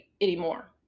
anymore